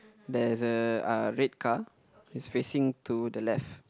there's a red car is facing to the left